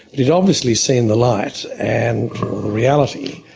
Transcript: he'd obviously seen the light and reality.